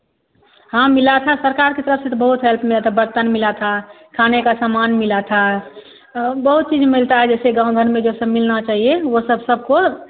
हाँ मिला था सरकार की तरफ से तो बहुत हेल्प मिला था बर्तन मिला था खाने का सामान मिला था बहुत चीज मिलता है जैसे गाँव घर में जो सब मिलना चाहिए वो सब सबको